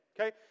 okay